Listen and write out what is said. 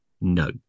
no